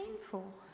painful